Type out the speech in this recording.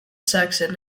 section